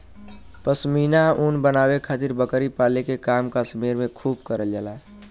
पश्मीना ऊन बनावे खातिर बकरी पाले के काम कश्मीर में खूब करल जाला